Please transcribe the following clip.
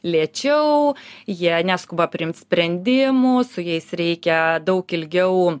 lėčiau jie neskuba priimt sprendimų su jais reikia daug ilgiau